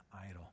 idol